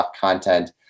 content